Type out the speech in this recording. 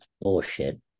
bullshit